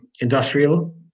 industrial